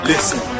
Listen